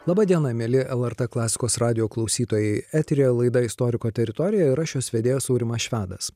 laba diena mieli lrt klasikos radijo klausytojai eteryje laida istoriko teritorija yra šios vedėjas aurimas švedas